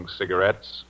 cigarettes